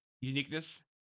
uniqueness